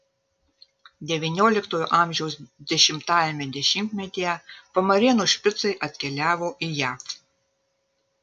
devynioliktojo amžiaus dešimtajame dešimtmetyje pamarėnų špicai atkeliavo į jav